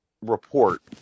report